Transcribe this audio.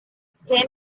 san